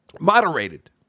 moderated